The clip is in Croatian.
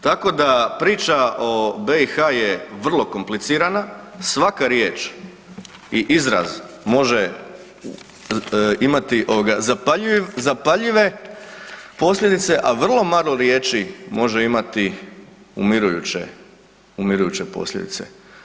Tako da priča o BiH je vrlo komplicirana, svaka riječ i izraz može imati ovoga zapaljive posljedice, a vrlo malo riječi može imati umirujuće, umirujuće posljedice.